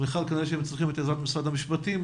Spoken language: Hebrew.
מיכל, כנראה שהם צריכים את עזרת משרד המשפטים.